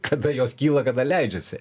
kada jos kyla kada leidžiasi